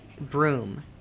broom